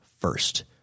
first